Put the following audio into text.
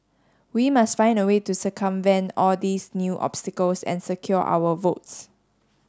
we must find a way to circumvent all these new obstacles and secure our votes